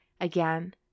again